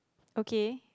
okay